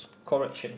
correction